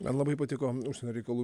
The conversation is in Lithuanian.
man labai patiko užsienio reikalų